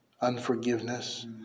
unforgiveness